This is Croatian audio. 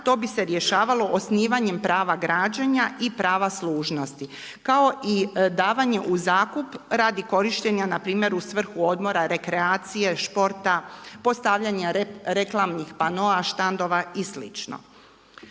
To bi se rješavalo osnivanjem prava građenja i prava služnosti kao i davanje u zakup radi korištenja na primjer u svrhu odmora, rekreacije, športa, postavljanja reklamnih panoa, štandova i